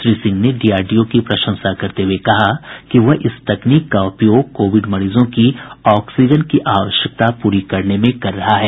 श्री सिंह ने डीआरडीओ की प्रशंसा करते हुए कहा कि वह इस तकनीक का उपयोग कोविड मरीजों की ऑक्सीजन की आवश्यकता प्ररी करने में कर रहा है